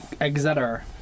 Exeter